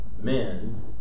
men